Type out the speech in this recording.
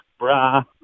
brah